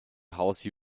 house